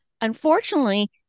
unfortunately